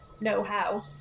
know-how